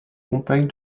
compagne